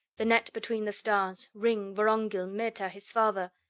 the net between the stars. ringg, vorongil, meta, his father.